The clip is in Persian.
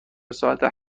ساعت